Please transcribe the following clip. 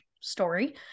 story